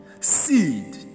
seed